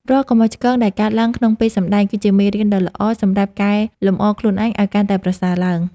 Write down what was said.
រាល់កំហុសឆ្គងដែលកើតឡើងក្នុងពេលសម្តែងគឺជាមេរៀនដ៏ល្អសម្រាប់កែលម្អខ្លួនឯងឱ្យកាន់តែប្រសើរឡើង។